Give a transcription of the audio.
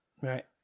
Right